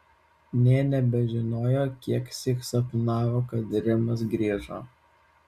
nė nebežinojo kieksyk sapnavo kad rimas grįžo